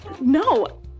No